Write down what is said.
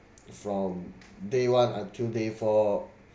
from day one until day four